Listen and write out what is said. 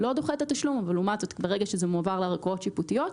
לא דוחה את התשלום אבל לעומת זאת ברגע שזה מועבר לערכאות שיפוטיות,